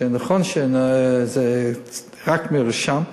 שנכון שזה רק מרשם,